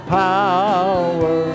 power